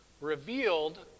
revealed